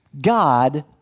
God